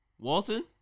Walton